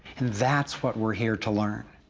and that's what we're here to learn.